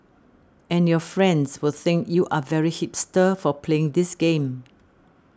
and your friends will think you are very hipster for playing this game